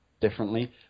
differently